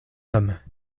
homme